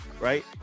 right